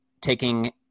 taking